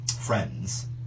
friends